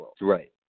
Right